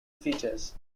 features